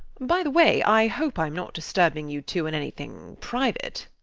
by the way, i hope i'm not disturbing you two in anything private.